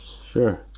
Sure